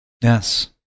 Yes